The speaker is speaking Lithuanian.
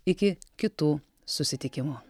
iki kitų susitikimų